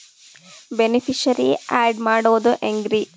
Beneficiary, add ಮಾಡೋದು ಹೆಂಗ್ರಿ?